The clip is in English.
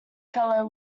fellow